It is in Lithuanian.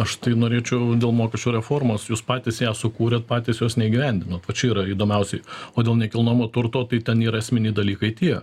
aš tai norėčiau dėl mokesčių reformos jūs patys ją sukūrėt patys jos neįgyvendinot va čia yra įdomiausiai o dėl nekilnojamo turto tai ten yra esminiai dalykai tie